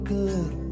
good